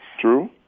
True